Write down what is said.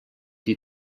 die